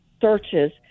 searches